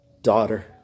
daughter